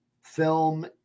film